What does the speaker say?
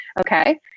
okay